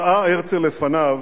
ראה הרצל לפניו,